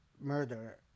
murder